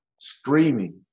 Screaming